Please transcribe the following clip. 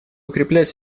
укреплять